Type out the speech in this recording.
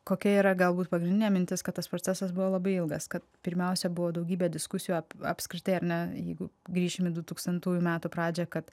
kokia yra galbūt pagrindinė mintis kad tas procesas buvo labai ilgas kad pirmiausia buvo daugybė diskusijų apskritai ar ne jeigu grįšim į dutūkstantųjų metų pradžią kad